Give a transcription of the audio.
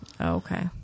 Okay